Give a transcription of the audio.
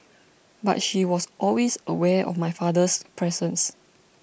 but she was always aware of my father's presence